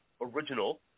original